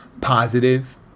positive